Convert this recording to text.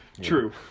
True